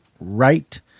right